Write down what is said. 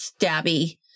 stabby